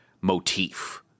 motif